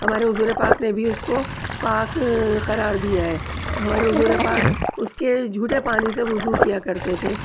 ہمارے حضور پاک نے بھی اس کو پاک قرار دیا ہے ہمارے حضور پاک اس کے جھوٹے پانی سے وضو کیا کرتے تھے